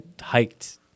hiked